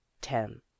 ten